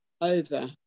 over